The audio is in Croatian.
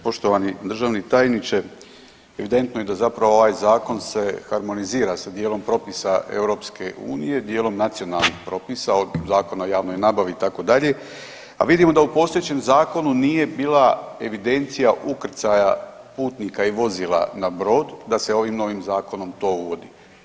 Poštovani državni tajniče, evidentno je da zapravo ovaj zakon se harmonizira sa dijelom propisa EU, dijelom nacionalnih propisa od Zakona o javnoj nabavi itd., a vidimo da u postojećem zakonu nije bila evidencija ukrcaja putnika i vozila na brod, da se ovim novim zakonom to uvodi.